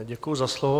Děkuji za slovo.